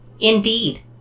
Indeed